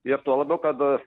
ir tuo labiau kad